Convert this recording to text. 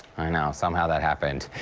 i know, somehow that happened.